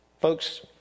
Folks